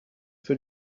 für